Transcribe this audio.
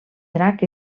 drac